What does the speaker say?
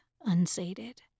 unsated